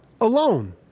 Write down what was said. alone